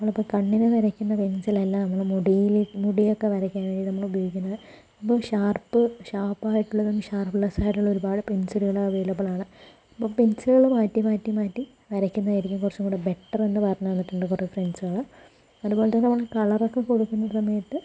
നമ്മളിപ്പം കണ്ണിന് വരയ്ക്കുന്ന പെൻസിലല്ല നമ്മള് മുടിയില് മുടിയൊക്കെ വരക്കാനായി നമ്മള് ഉപയോഗിക്കുന്നത് അപ്പം ഷാർപ്പ് ഷാർപ്പായിട്ടുള്ളതും ഷാർപ്പ്ലെസ്സായിട്ടുള്ള ഒരുപാട് പെൻസിലുകള് അവൈലബിളാണ് ഇപ്പം പെൻസിലുകള് മാറ്റി മാറ്റി മാറ്റി വരക്കുന്നതായിരിക്കും കുറച്ചും കൂടി ബെറ്ററെന്ന് പറഞ്ഞു തന്നിട്ടുണ്ട് കുറെ ഫ്രണ്ട്സുകള് അതുപോല തന്നെ നമ്മള് നമ്മള് കളറൊക്കെ കൊടുക്കുന്ന സമയത്ത്